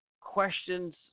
questions